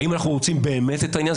האם אנחנו רוצים באמת את העניין הזה?